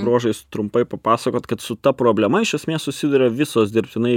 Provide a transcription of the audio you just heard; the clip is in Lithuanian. bruožais trumpai papasakot kad su ta problema iš esmės susiduria visos dirbtinai